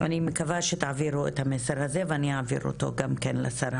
אני מקווה שתעבירו את המסר הזה ואני אעביר אותו גם לשרה.